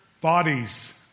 bodies